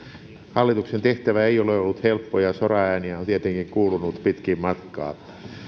hallituksen tehtävä ei ole ollut helppo ja soraääniä on tietenkin kuulunut pitkin matkaa